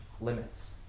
limits